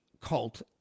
cult